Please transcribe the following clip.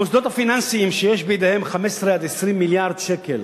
המוסדות הפיננסיים, שיש בידיהם 15 20 מיליארד שקל,